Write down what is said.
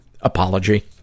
apology